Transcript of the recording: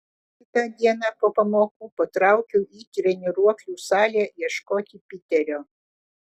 kitą dieną po pamokų patraukiau į treniruoklių salę ieškoti piterio